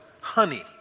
honey